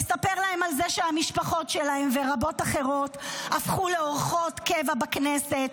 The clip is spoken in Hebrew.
נספר להן על זה שהמשפחות שלהן ורבות אחרות הפכו לאורחות קבע בכנסת,